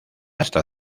hasta